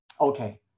Okay